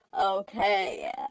Okay